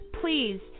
please